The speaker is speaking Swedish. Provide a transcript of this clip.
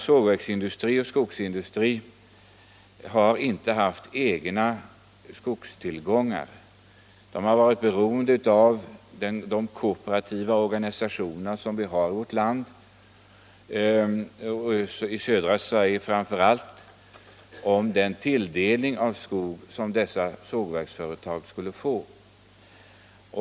Sågverksoch skogsindustrin har inte haft egna skogstillgångar utan har varit beroende av de kooperativa organisationer som finns i vårt land, framför allt i södra Sverige.